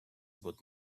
would